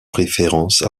référence